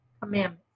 commandments